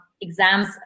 exams